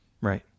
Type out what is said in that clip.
Right